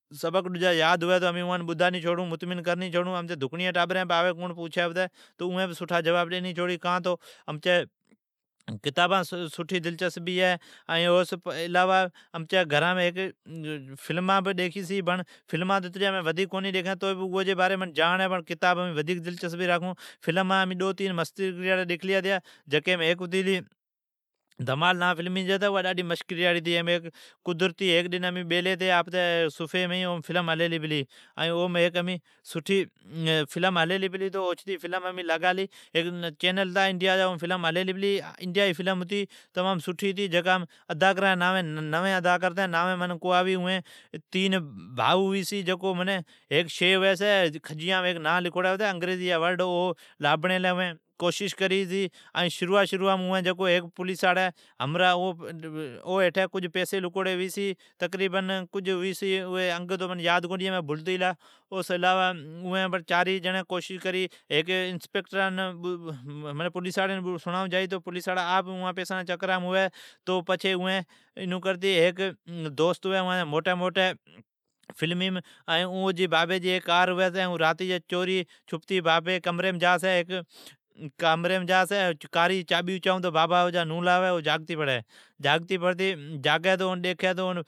سبق دجا سرانی چھوڑون، مطمن کرتی چھوڑون۔ امچین ٹابرین ھی اوین بھی سڑانی چھوڑی کان تو امچی کتابان سون سٹھی دلچسبی ہے۔ ڈجین امچی گھرین فلمان بھی ڈیکھی چھی بڑ امان کتابانم دلچسبی ہے۔ مین ڈو تین مسکریاڑیا فلما ڈیکھلیا ھی جکیم ھیک ھتی گلی دنما نا ہے فلمین جی اوا ڈاڈھی مسکریاڑی ہے۔ ھیک ڈن امین قدرتی امچیم سفیم بیلین ھتین تو فلم ھلیلی پلی۔ فلم انڈیا جی ھتی، فلم ھلیلی پلی نوین اداگرین ھتین منین اوان جین ناوین کونی آوی۔ تین بھائو ھوی چھی ھیک شی ھوی چھی کھجیام انگریزی جی نا لکھوری ھوی چھی اون لابھی چھی، شروعام پولیساڑا۔ او ھیٹھی لکوڑی ھوی چھی، ھوی الی گھڑین منین انگ کھبر کونی ہے۔ اوین جائی چھی ھیکی پولیساڑین سڑایون، آپ اوان پیسان جی چکرام ھوی، پچھی اوین، اوان جی ھیک دوست ھوی چھی او جی بابی جی ھیک کار ھوی چھی فلمیم اون چوریین آپکی بابی جی کمری جا چھی چابی اچائون جا چھی تو او جا بابا جاگتی پڑی جاگی تو ڈیکھی تو